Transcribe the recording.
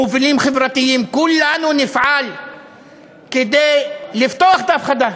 מובילים חברתיים, כולנו נפעל כדי לפתוח דף חדש.